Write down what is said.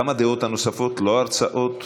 גם הדעות הנוספות, לא הרצאות,